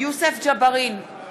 יוסף ג'בארין,